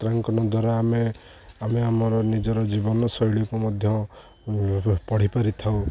ଚାତ୍ରାଙ୍କନ ଦ୍ୱାରା ଆମେ ଆମେ ଆମର ନିଜର ଜୀବନଶୈଳୀକୁ ମଧ୍ୟ ପଢ଼ି ପାରିଥାଉ